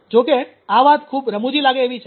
જો કે આ વાત ખૂબ રમુજી લાગે એવી છે